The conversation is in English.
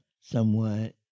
somewhat